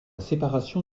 séparation